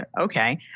okay